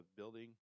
building